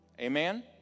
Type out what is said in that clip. Amen